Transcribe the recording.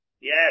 Yes